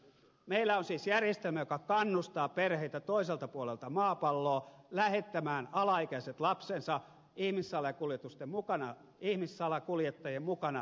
meillä on siis järjestelmä joka kannustaa perheitä toiselta puolelta maapalloa lähettämään alaikäiset lapsensa ihmissalakuljettajien mukana suomeen